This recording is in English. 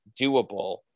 doable